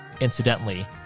Incidentally